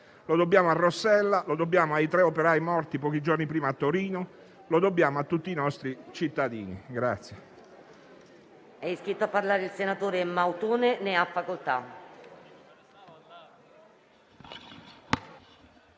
Lo dobbiamo a Rossella, lo dobbiamo ai tre operai morti pochi giorni prima a Torino; lo dobbiamo a tutti i nostri cittadini.